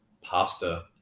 Pasta